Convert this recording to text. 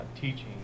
teaching